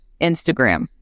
Instagram